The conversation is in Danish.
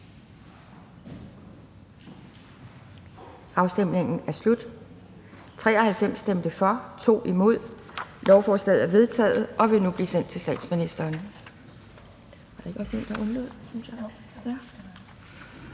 hverken for eller imod stemte 2 (NB). Lovforslaget er vedtaget og vil nu blive sendt til statsministeren.